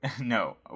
No